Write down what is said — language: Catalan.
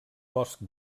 bosc